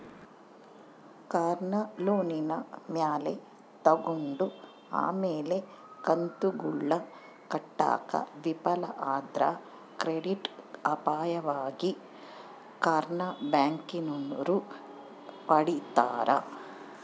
ಕಾರ್ನ ಲೋನಿನ ಮ್ಯಾಲೆ ತಗಂಡು ಆಮೇಲೆ ಕಂತುಗುಳ್ನ ಕಟ್ಟಾಕ ವಿಫಲ ಆದ್ರ ಕ್ರೆಡಿಟ್ ಅಪಾಯವಾಗಿ ಕಾರ್ನ ಬ್ಯಾಂಕಿನೋರು ಪಡೀತಾರ